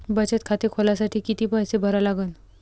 बचत खाते खोलासाठी किती पैसे भरा लागन?